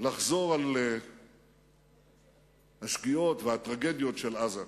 לחזור על השגיאות והטרגדיות של עזה.